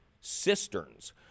cisterns